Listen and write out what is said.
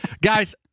Guys